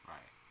Right